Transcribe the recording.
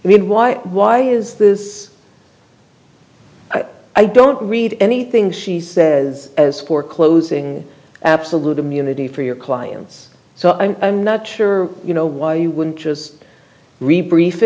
i mean why why is this i don't read anything she says as for closing absolute immunity for your clients so i'm not sure you know why you wouldn't just